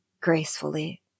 gracefully